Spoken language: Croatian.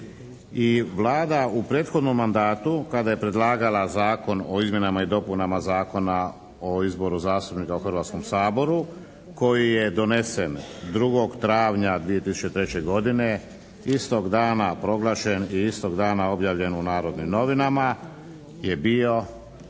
i Vlada u prethodnom mandatu kada je predlagala Zakon o izmjenama i dopunama Zakona o izboru zastupnika u Hrvatskom saboru koji je donesen 2. travnja 2003. godine istog dana proglašen i istog dana objavljen u "Narodnim novinama" je bio